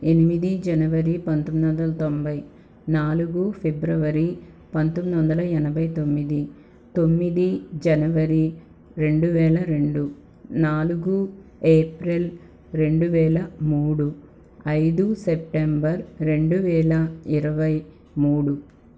ఎనిమిది జనవరి పంతొమ్మిది వందల తొంభై నాలుగు ఫిబ్రవరి పంతొమ్మిది వందల ఎనభై తొమ్మిది తొమ్మిది జనవరి రెండువేల రెండు నాలుగు ఏప్రిల్ రెండు వేల మూడు ఐదు సెప్టెంబర్ రెండు వేల ఇరవై మూడు